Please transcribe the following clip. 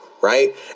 Right